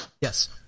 Yes